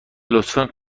لطفا